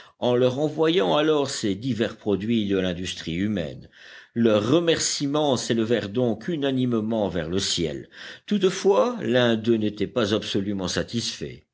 en leur envoyant alors ces divers produits de l'industrie humaine leurs remerciements s'élevèrent donc unanimement vers le ciel toutefois l'un d'eux n'était pas absolument satisfait